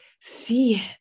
see